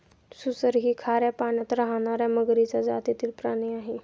सुसर ही खाऱ्या पाण्यात राहणार्या मगरीच्या जातीतील प्राणी आहे